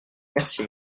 merci